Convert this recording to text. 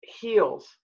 heals